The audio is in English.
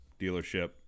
dealership